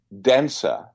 denser